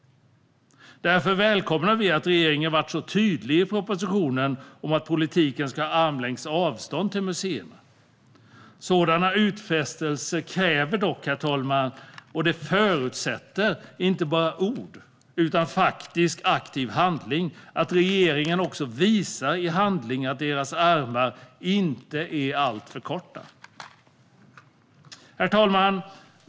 Därför välkomnar vi att regeringen i propositionen är så tydlig med att politiken ska ha armlängds avstånd till museerna. Sådana utfästelser kräver dock, herr talman, inte bara ord utan att regeringen också i aktiv handling visar att deras armar inte är alltför korta. Herr talman!